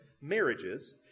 marriages